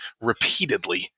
repeatedly